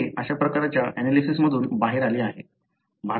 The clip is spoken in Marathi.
ते अशा प्रकारच्या एनालिसिसमधून बाहेर आले आहे